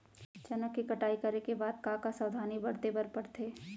चना के कटाई करे के बाद का का सावधानी बरते बर परथे?